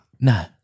No